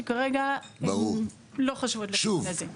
שכרגע הן לא חושבות לכיוון הזה.